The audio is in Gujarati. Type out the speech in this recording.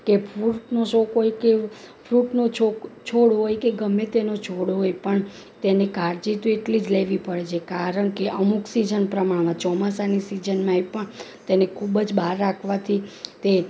કે ફ્રૂટનું શોખ હોય કે ફ્રૂટનું છોડ હોય કે ગમે તેનો છોડ હોય પણ તેની કાળજી તો એટલી જ લેવી પડે છે કારણ કે અમુક સિજન પ્રમાણમાં ચોમાસાની સિઝનમાં એ પણ તેને ખૂબ જ બહાર રાખવાથી તે